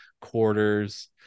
quarters